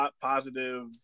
positive